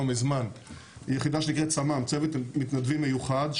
מזמן יחידה שנקראת צמ"מ: צוות מתנדבים מיוחד.